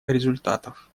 результатов